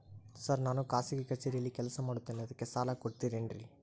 Sir ನಾನು ಖಾಸಗಿ ಕಚೇರಿಯಲ್ಲಿ ಕೆಲಸ ಮಾಡುತ್ತೇನೆ ಅದಕ್ಕೆ ಸಾಲ ಕೊಡ್ತೇರೇನ್ರಿ?